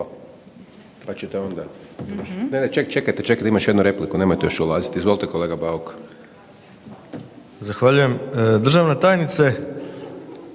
Pa ćete onda, ne, ne, čekajte, čekajte, ima još jednu repliku, nemojte još odlaziti, izvolite kolega Bauk. **Bauk, Arsen (SDP)** Zahvaljujem. Državna tajnice.